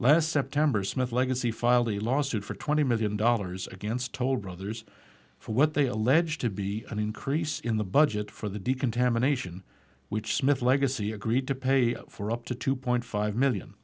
less september smith legacy filed a lawsuit for twenty million dollars against told brothers for what they allege to be an increase in the budget for the decontamination which smith legacy agreed to pay for up to two point five million